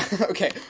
Okay